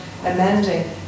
amending